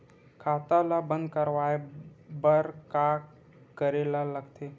खाता ला बंद करवाय बार का करे ला लगथे?